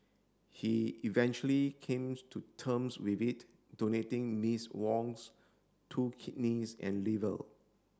he eventually to terms with it donating Ms Wong's two kidneys and liver